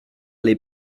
les